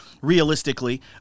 realistically